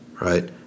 Right